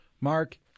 Mark